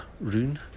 rune